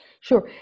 Sure